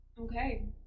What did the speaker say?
Okay